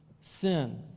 sin